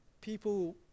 people